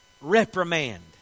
Reprimand